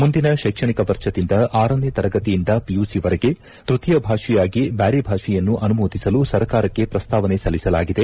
ಮುಂದಿನ ಶೈಕ್ಷಣಿಕ ವರ್ಷದಿಂದ ಆರನೇ ತರಗತಿಯಿಂದ ಪಿಯುಸಿವರೆಗೆ ತ್ಯತೀಯ ಭಾಷೆಯಾಗಿ ಬ್ಯಾರಿ ಭಾಷೆಯನ್ನು ಅನುಮೋದಿಸಲು ಸರಕಾರಕ್ಕೆ ಪ್ರಸ್ತಾವನೆ ಸಲ್ಲಿಸಲಾಗಿದೆ